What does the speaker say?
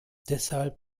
deshalb